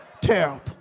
terrible